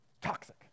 Toxic